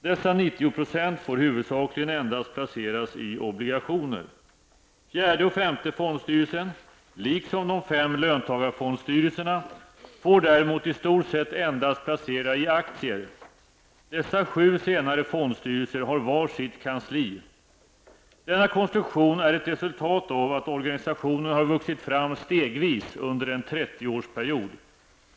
Dessa 90 % får huvudsakligen endast placeras i obligationer. Fjärde och femte fondstyrelsen, liksom de fem löntagarfondstyrelserna, får däremot i stort sett endast placera i aktier. Dessa sju senare fondstyrelser har var sitt kansli. Denna konstruktion är ett resultat av att organisationen har vuxit fram stegvis under en 30-årsperiod.